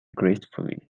gracefully